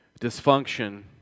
dysfunction